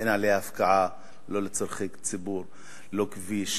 אין עליה הפקעה, לא לצורכי ציבור, לא כביש,